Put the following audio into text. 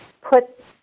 put